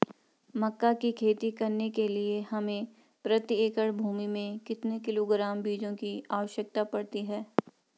मक्का की खेती करने के लिए हमें प्रति एकड़ भूमि में कितने किलोग्राम बीजों की आवश्यकता पड़ती है?